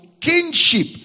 kingship